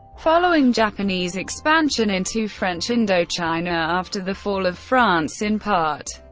following japanese expansion into french indochina after the fall of france, in part,